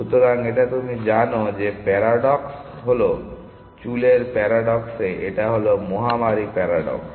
সুতরাং এটা তুমি জানো যে প্যারাডক্স হল চুলের প্যারাডক্সে এটা হলো মহামারী প্যারাডক্স